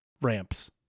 ramps